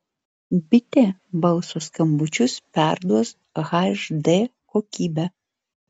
bitė balso skambučius perduos hd kokybe